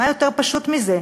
מה יותר פשוט מזה?